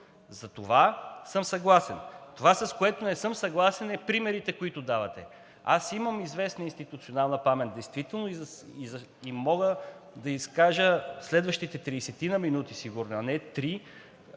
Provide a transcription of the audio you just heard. За това съм съгласен. Това, с което не съм съгласен, е примерите, които давате. Аз имам известна институционална памет действително и мога да се изкажа в следващите тридесетина